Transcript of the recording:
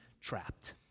trapped